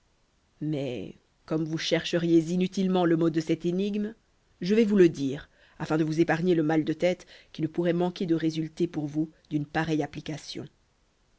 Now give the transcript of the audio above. mais comme vous chercheriez inutilement le mot de cette énigme je vais vous le dire afin de vous épargner le mal de tête qui ne pourrait manquer de résulter pour vous d'une pareille application